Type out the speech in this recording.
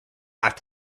after